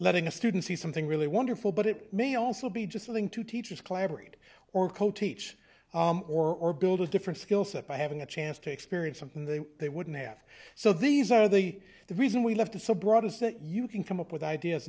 letting a student see something really wonderful but it may also be just something to teachers collaborate or co teach or build a different skill set by having a chance to experience something that they wouldn't have so these are the the reason we left is so broad is that you can come up with ideas